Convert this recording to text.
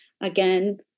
again